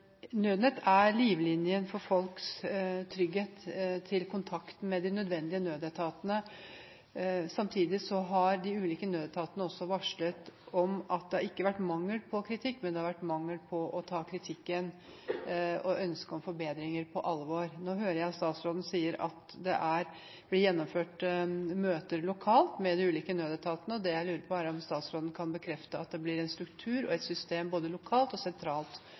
Nødnett er livslinjen for folks trygghet for kontakten med de nødvendige nødetatene. Samtidig har de ulike nødetatene også varslet at det ikke har vært mangel på kritikk, men det har vært mangel på å ta kritikken og ønsket om forbedringer på alvor. Nå hører jeg at statsråden sier at det blir gjennomført møter lokalt med de ulike nødetatene. Det jeg lurer på, er om statsråden kan bekrefte at det blir en struktur og et system både lokalt og sentralt